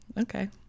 Okay